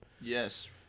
Yes